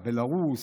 בלארוס,